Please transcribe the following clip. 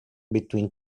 between